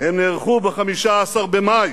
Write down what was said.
הם נערכו ב-15 במאי,